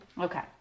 Okay